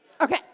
Okay